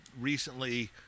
recently